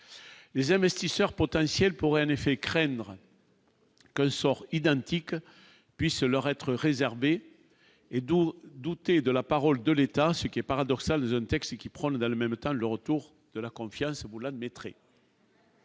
Les investisseurs potentiels pourraient en effet craindre. Sort identique leur être réservé et douter de la parole de l'État, ce qui est paradoxal zone texte qui prône dans le même temps, le retour de la confiance, vous l'admettrez.